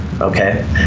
Okay